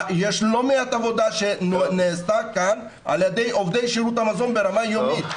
יש לא מעט עבודה שנעשתה כאן על ידי עובדי שירות המזון ברמה יומית,